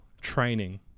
training